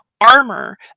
armor